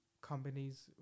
companies